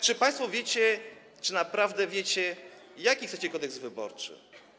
Czy państwo wiecie - czy naprawdę wiecie - jakiego chcecie Kodeksu wyborczego?